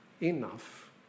enough